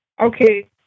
Okay